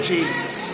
Jesus